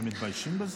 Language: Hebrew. הם מתביישים בזה?